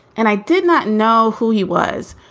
and i did not know who he was.